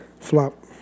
Flop